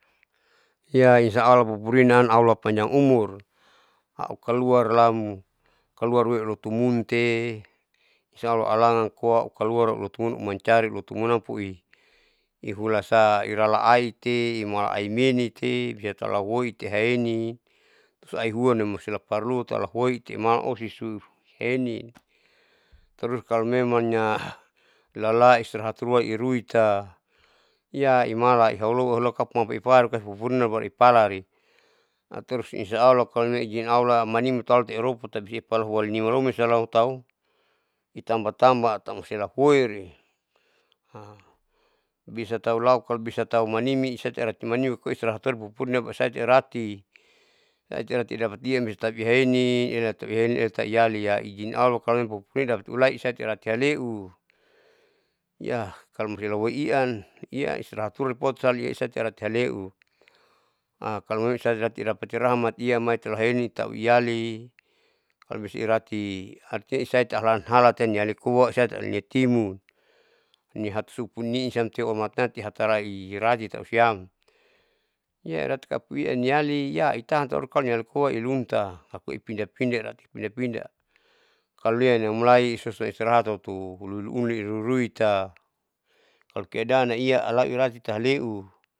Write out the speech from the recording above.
Ya insyaallah pupurinaam allah panjang umur aukaluarlam kaluar loilotomunte insya allah alangan koa ukaluar ulutumun umancari loton mun ampoi ihulasa iralaain tehimala ainmenite ihalaou koi ihaenin terus ainhula temalusia laparlu tauhuoite iman osi su ihenin, tarus kalo memangnya lala istirahat ruan iruita iya imala ihaulo haulo haulokapan mautiparu pupurina baru ipalari, tarus insyaallah ijin allah manimi taluiaropu tati upalu nima lomin bisa lau tahu itamba tamba lamusela huoiri bisa tahu lau kalo bisa tahu manimi isateara manimi koi istirahat toii pupurina teirati tairati dapatiiaan bisatapi ahenin ela tahu iyali ijin allah kalo memangpo pupurina ijin allah ilai isai ala tihaleeu kalomusti loto iaan, ian istirahat huanipousali haleu kalomemang saidapati iya rahmat maiihaen tahu iyali kalobisa irati artinya isahati alan alan nihali koa isaitati nitimu nihatusupun nisiam tehu mala minati hatalai irai tausiam iya lati iyali iya ikaan haruma kalo ilunita hapue pindah pindah irati pindah pindah, kalo lian amulai so istirahat lutu uliuliunin ruiruita amkeaadan iya alairati tahaleu.